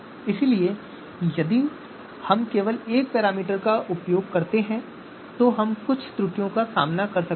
इसलिए यदि हम केवल एक पैरामीटर का उपयोग करते हैं तो हम कुछ त्रुटियों का सामना कर सकते हैं